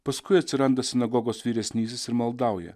paskui atsiranda sinagogos vyresnysis ir maldauja